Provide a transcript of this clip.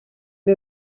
mae